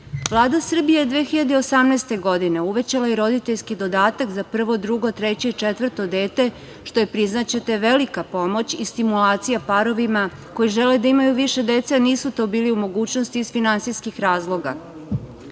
Vlada Srbije je 2018. godine uvećala i roditeljski dodatak za prvo, drugo, treće i četvrto dete što je, priznaćete, velika pomoć i stimulacija parovima koji žele da imaju više dece, a nisu to bili u mogućnosti iz finansijskih razloga. Sa